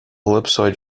ellipsoid